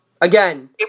Again